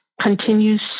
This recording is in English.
continues